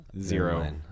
zero